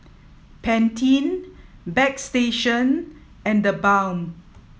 Pantene Bagstationz and TheBalm